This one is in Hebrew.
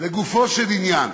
לגופו של עניין.